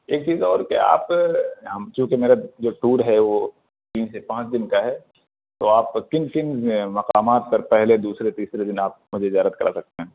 ایک چیز اور کہ آپ ہم چوں کہ میرا جو ٹور ہے وہ تین سے پانچ دن کا ہے تو آپ کن کن مقامات پر پہلے دوسرے تیسرے دن آپ مجھے زیارت کرا سکتے ہیں